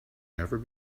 never